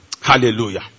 Hallelujah